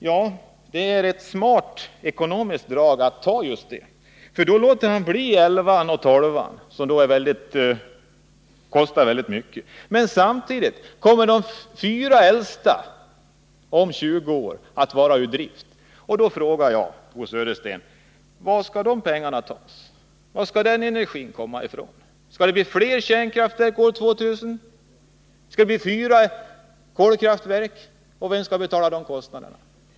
Ja, det är ett smart ekonomiskt drag att ta just det, för då låter han bli elvan och tolvan som då kostar väldigt mycket. Men samtidigt kommer de fyra äldsta om 20 år att vara ur drift. Jag frågar Bo Södersten: Var skall de pengarna tas? Var skall den energin komma ifrån? Skall det bli fler kärnkraftverk år 2000? Skall det bli fyra kolkraftverk, och vem skall betala de kostnaderna?